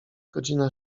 godzina